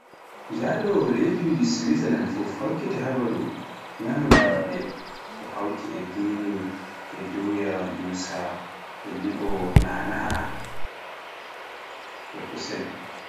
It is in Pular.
Njaɗo leydi siwizalan fuf, hokkete habaruuji, nyamunda maɓɓe, ko hawti e gene, e doya busa, li'o na'ana e kusel